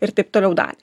ir taip toliau dalį